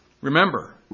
Remember